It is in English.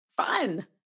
Fun